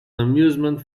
amusement